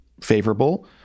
favorable